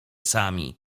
sami